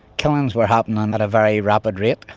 killings were happening at a very rapid rate,